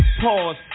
Pause